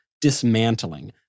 dismantling